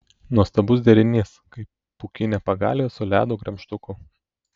nuostabus derinys kaip pūkinė pagalvė su ledo gremžtuku